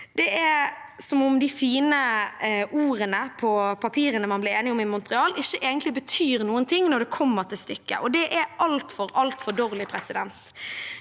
Det er som om de fine ordene på papiret, som man ble enige om i Montreal, ikke egentlig betyr noen ting når det kommer til stykket, og det er altfor, altfor dårlig.